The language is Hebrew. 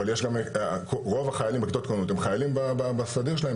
אבל רוב החיילים בכיתות הכוננות הם חיילים בסדיר שלהם,